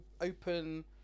open